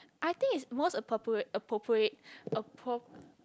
I think it's most appropriate appropriate appropriate